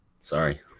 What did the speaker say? Sorry